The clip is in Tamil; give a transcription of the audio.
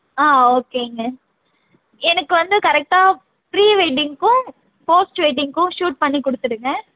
ஆ ஓகேங்க எனக்கு வந்து கரெக்டாக ப்ரீ வெட்டிங்க்கும் போஸ்ட் வெட்டிங்க்கும் ஷூட் பண்ணி கொடுத்துடுங்க